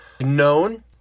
known